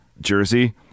jersey